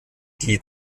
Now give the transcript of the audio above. die